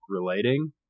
relating